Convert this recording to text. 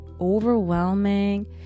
overwhelming